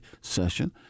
session